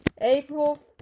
april